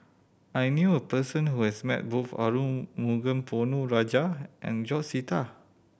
I knew a person who has met both Arumugam Ponnu Rajah and George Sita